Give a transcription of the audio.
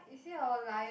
is it or lion